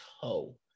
toe